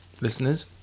listeners